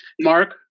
Mark